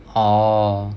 orh